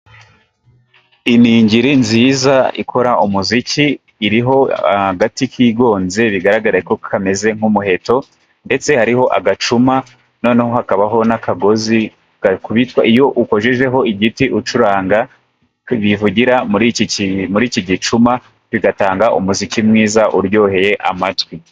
Iningiri nziza ikora umuziki iriho agati kigonze bigaragareko kameze nk'umuheto , ndetse hariho agacuma noneho hakabaho n'akagozi gakubitwa iyo ukojejeho igiti ucuranga, bivugira muri iki muri iki gicuma bigatanga umuziki mwiza uryoheye amatwi.